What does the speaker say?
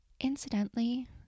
Incidentally